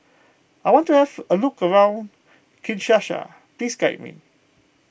I want to have a look around Kinshasa please guide me